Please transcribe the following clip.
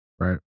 Right